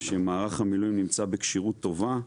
שמערך המילואים נמצא בכשירות טובה.